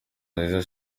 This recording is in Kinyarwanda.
nziza